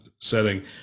setting